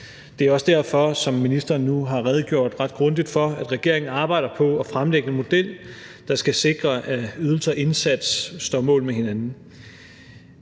regeringen, som ministeren nu har redegjort ret grundigt for, arbejder på at fremlægge en model, der skal sikre, at ydelser og indsats står mål med hinanden.